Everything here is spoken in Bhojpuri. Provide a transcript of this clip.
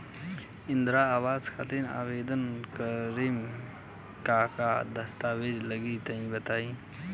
इंद्रा आवास खातिर आवेदन करेम का का दास्तावेज लगा तऽ तनि बता?